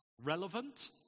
relevant